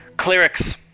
clerics